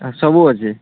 ସବୁ ଅଛେ